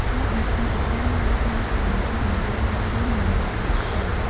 វត្តអារាមជាច្រើនបានក្លាយជាមជ្ឈមណ្ឌលអប់រំ និងវប្បធម៌។